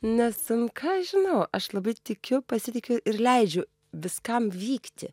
nes nu ką aš žinau aš labai tikiu pasitikiu ir leidžiu viskam vykti